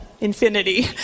infinity